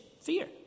Fear